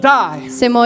die